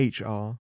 HR